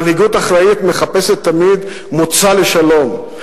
מנהיגות אחראית מחפשת תמיד מוצא של שלום.